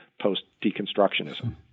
post-deconstructionism